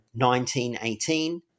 1918